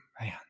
man